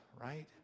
right